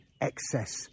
excess